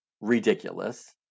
ridiculous